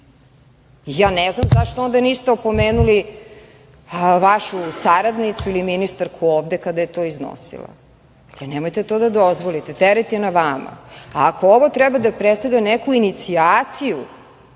Ja ne znam zašto onda niste opomenuli vašu saradnicu ili ministarku ovde kada je to iznosila. Nemojte to da dozvolite. Teret je na vama. Ako ovo treba da predstavlja neku inicijaciju